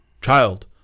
child